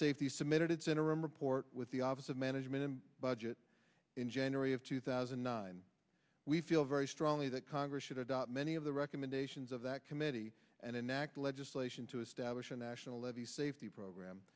safety submitted its interim report with the office of management and budget in january of two thousand and nine we feel very strongly that congress should adopt many of the recommendations of that committee and enact legislation to establish a national levee safety program